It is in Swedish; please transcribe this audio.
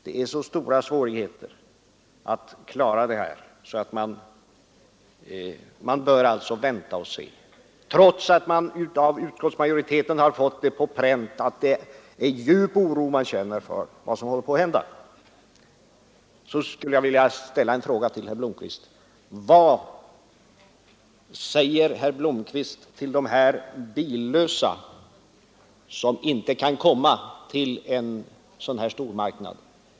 Det är så stora svårigheter att klara detta, säger herr Blomkvist, att man bör vänta och se, trots att utskottsmajoriteten har satt på pränt att man känner djup oro för vad som håller på att hända. Jag skulle vilja ställa en fråga: Vad säger herr Blomkvist till de billösa som inte kan komma till en sådan här stormarknad?